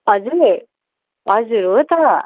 हजुर हजुर हो त